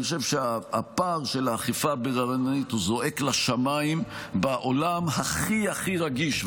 אני חושב שהפער של האכיפה הבררנית זועק לשמיים בעולם הכי הכי רגיש,